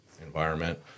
environment